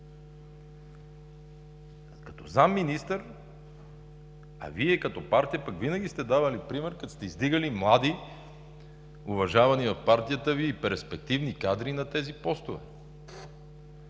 като заместник-министър, Вие като партия пък, винаги сте давали пример, като сте издигали млади, уважавани от партията Ви и перспективни кадри на тези постове.